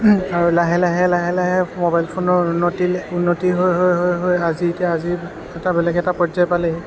আৰু লাহে লাহে লাহে লাহে মোবাইল ফোনৰ উন্নতি উন্নতি হৈ হৈ হৈ হৈ আজি এতিয়া আজি আজি এটা বেলেগ এটা পৰ্যায় পালেহি